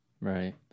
Right